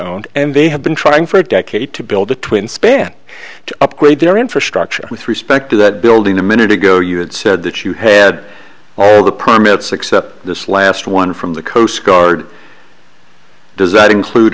owned and they have been trying for a decade to build the twin span to upgrade their infrastructure with respect to that building a minute ago you had said that you had all the permits except this last one from the coast guard does that include